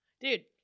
Dude